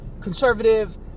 conservative